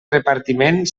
repartiment